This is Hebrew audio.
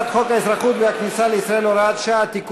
הצעת חוק האזרחות והכניסה לישראל (הוראת שעה) נא